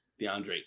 DeAndre